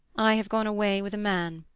i have gone away with a man,